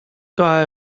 guy